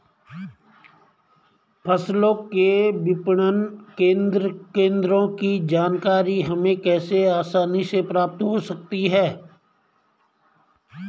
फसलों के विपणन केंद्रों की जानकारी हमें कैसे आसानी से प्राप्त हो सकती?